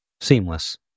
Seamless